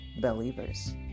Believers